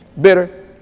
bitter